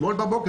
אתמול בבוקר